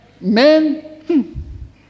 Men